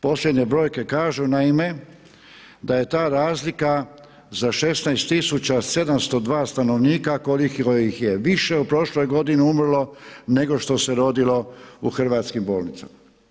Posljednje brojke kažu, naime da je ta razlika za 16702 stanovnika koliko ih je više u prošloj godini umrlo nego što se rodilo u hrvatskim bolnicama.